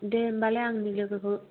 दे होमबालाय आंनि लोगोखौ